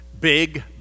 Big